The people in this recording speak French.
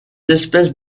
espèces